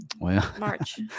March